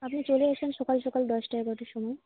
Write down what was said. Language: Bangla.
আপনি চলে আসুন সকাল সকাল দশটা এগারোটার সময়